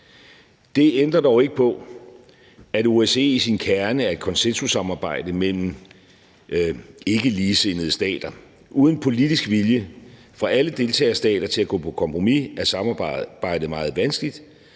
Det ændrer dog ikke på, at OSCE i sin kerne er et konsensussamarbejde mellem ikkeligesindede stater. Uden politisk vilje fra alle deltagerstater til at gå på kompromis er samarbejdet meget vanskeligt,